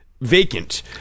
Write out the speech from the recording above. vacant